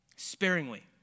Sparingly